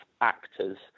actors